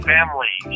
Family